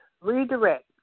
Redirect